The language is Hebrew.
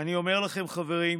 אני אומר לכם, חברים,